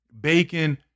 bacon